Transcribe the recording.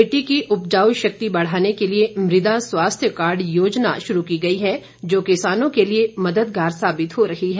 मिट्टी की उपजाऊ शक्ति बढ़ाने के लिए मृदा स्वास्थ्य कार्ड योजना शुरू की गई है जो किसानों के लिए मददगार साबित हो रही है